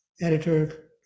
Editor